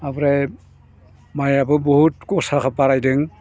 ओमफ्राय माइयाबो बहुत ग'सा बारायदों